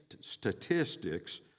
statistics